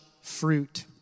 fruit